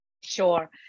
Sure